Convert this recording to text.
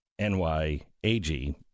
NYAG